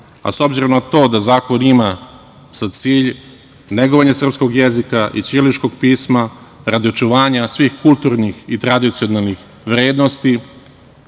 a s obzirom na to da zakon ima za cilj negovanje srpskog jezika i ćiriličnog pisma, radi očuvanja svih kulturnih i tradicionalnih vrednosti,